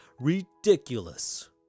RIDICULOUS